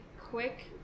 quick